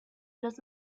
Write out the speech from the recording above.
los